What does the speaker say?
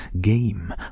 game